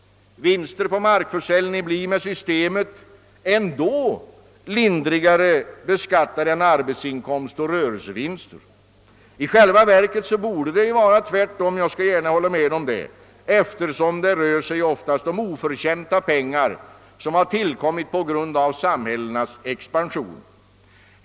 Vinster på markförsäljning blir med detta system ändå lindrigare beskattade än arbetsinkomster och rörelsevinster. I själva verket borde det vara tvärtom — jag skall gärna hålla med om det — eftersom det ofta rör sig om oför tjänta vinster som uppkommit på grund av samhällenas expansion.